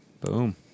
Boom